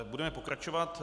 Budeme pokračovat.